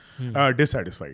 dissatisfied